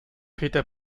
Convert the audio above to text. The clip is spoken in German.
peter